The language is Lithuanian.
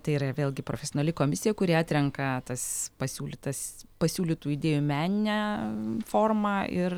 tai yra vėlgi profesionali komisija kuri atrenka tas pasiūlytas pasiūlytų idėjų meninę formą ir